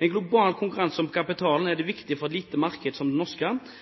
Med en global konkurranse om kapitalen er det viktig for et lite marked som det norske